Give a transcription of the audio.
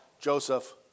Joseph